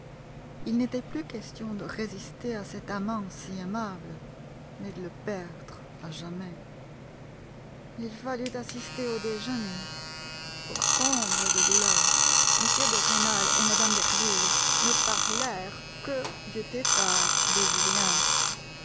il n'était plus question de résister à cet amant si aimable mais de le perdre à jamais il fallut assister au déjeuner pour comble de douleur m de rênal et mme derville ne parlèrent que du départ de julien